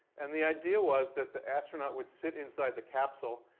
and the idea was that the astronaut would sit inside the capsule.